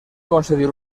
concedir